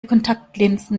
kontaktlinsen